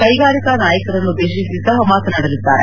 ಕೈಗಾರಿಕಾ ನಾಯಕರನ್ನುದ್ದೇಶಿಸಿ ಸಹ ಮಾತನಾಡಲಿದ್ದಾರೆ